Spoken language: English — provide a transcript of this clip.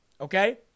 okay